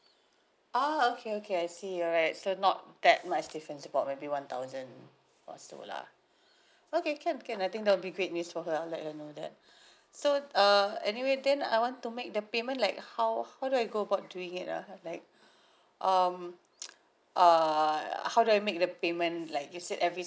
ah okay okay I see alright so not that much difference about maybe one thousand or so lah okay can can I think that'll be great news for her I'll let her know that so uh anyway then I want to make the payment like how how do I go about doing it ah like um uh how do I make the payment like you said every